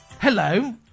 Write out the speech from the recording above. Hello